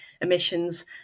emissions